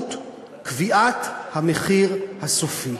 באמצעות קביעת המחיר הסופי.